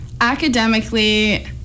Academically